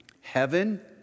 Heaven